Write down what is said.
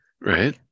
Right